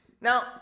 Now